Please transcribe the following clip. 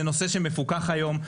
זה נושא שמפוקח היום.